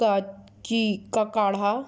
کا کی کا کاڑھا